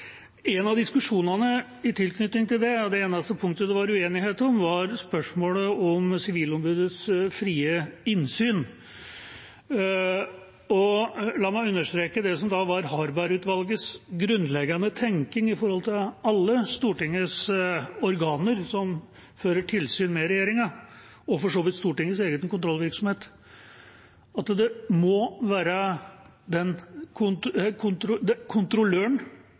En av diskusjonene i tilknytning til det, og det eneste punktet det var uenighet om, var spørsmålet om Sivilombudets frie innsyn. La meg understreke det som var Harberg-utvalgets grunnleggende tenkning når det gjelder alle Stortingets organer som fører tilsyn med regjeringa, og for så vidt Stortingets egen kontrollvirksomhet, at det må være kontrolløren som definerer innsynsbehovet, ikke den